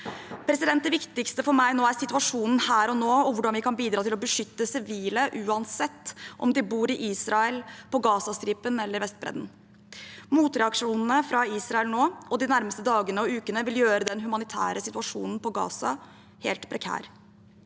å unngå. Det viktigste for meg nå er situasjonen her og nå, og hvordan vi kan bidra til å beskytte sivile, uansett om de bor i Israel, på Gazastripen eller på Vestbredden. Motreaksjonene fra Israel nå og de nærmeste dagene og ukene vil gjøre den humanitære situasjonen på Gaza helt prekær.